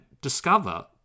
discover